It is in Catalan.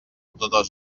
totes